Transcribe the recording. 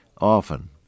often